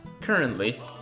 Currently